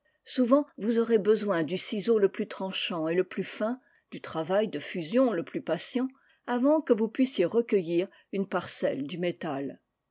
souvent vous aurez besoin du ciseau le plus tranchant et le plus fin du travail de fusion le plus patient avant que vous puissiez recueillir une parcelle du métal